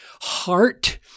heart